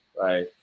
right